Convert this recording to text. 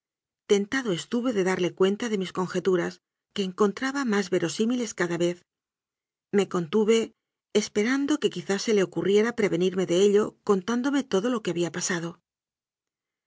tado estuve de darle cuenta de mis conjeturas que encontraba más verosímiles cada vez me contuve esperando que quizá se le ocurriera prevenirme de ello contándome todo lo que había pasado